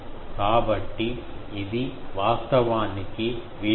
కాబట్టి ఇది వాస్తవానికి V 2